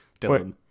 Dylan